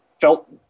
felt